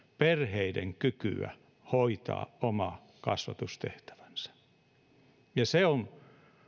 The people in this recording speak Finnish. perheiden kykyä hoitaa oma kasvatustehtävänsä ja se on